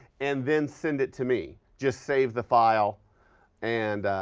and then send it to me. just save the file and,